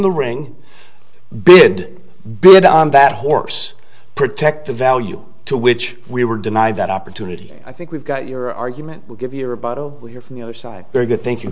the ring bid bid on that horse protect the value to which we were denied that opportunity i think we've got your argument we'll give you a rebuttal we'll hear from the other side very good think